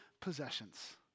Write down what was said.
possessions